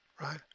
right